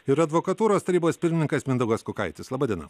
ir advokatūros tarybos pirmininkas mindaugas kukaitis laba diena